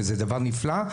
וזה דבר נפלא,